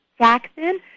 Jackson